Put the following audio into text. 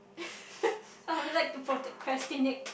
I would like to procrastinate